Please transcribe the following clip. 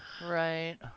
Right